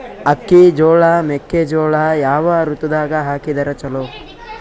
ಅಕ್ಕಿ, ಜೊಳ, ಮೆಕ್ಕಿಜೋಳ ಯಾವ ಋತುದಾಗ ಹಾಕಿದರ ಚಲೋ?